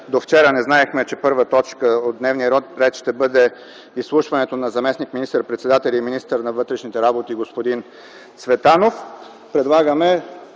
до вчера не знаехме, че първа точка от дневния ред днес ще бъде изслушването на заместник министър-председателя и министър на вътрешните работи господин Цветанов,